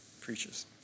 preaches